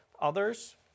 others